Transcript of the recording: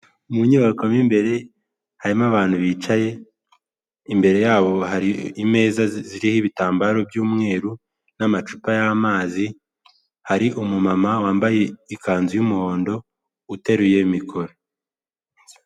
Mu Inyubakomo mo imbere harimo abantu bicaye, imbere yabo hari imeza ziriho ibitambaro by'umweru n'amacupa y'amazi. Hari umumama( Umubyeyi w'umugore) wambaye ikanzu y'umuhondo uteruye micro(indangururamajwi).